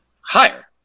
Higher